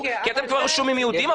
כי אתם כבר רשומים יהודים,